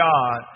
God